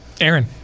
Aaron